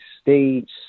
States